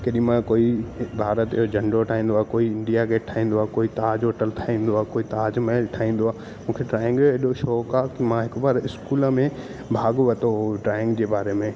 केॾीमहिल कोई भारत जो झंडो ठाहींदो आहे कोई इंडिया गेट ठाहींदो आहे कोई ताज होटल ठाहींदो आहे कोई ताज महल ठाहींदो आहे मूंखे ड्राइंग एॾो शौंक़ु आहे की मां हिकु बार स्कूल में भाग वरितो हो ड्राइंग जे बारे में